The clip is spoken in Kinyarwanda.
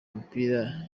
umupira